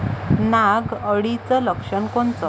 नाग अळीचं लक्षण कोनचं?